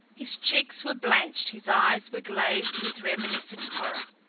his cheeks were blanched, his eyes were glazed with reminiscent horror.